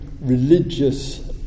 religious